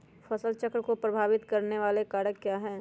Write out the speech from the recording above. फसल चक्र को प्रभावित करने वाले कारक क्या है?